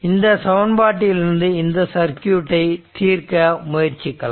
இந்த சமன்பாட்டில் இருந்து இந்த சர்க்யூட்டை தீர்க்க முயற்சி செய்யலாம்